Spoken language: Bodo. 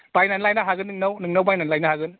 बायनानै लायनो हागोन नोंनाव नोंनाव बायनानै लायनो हागोन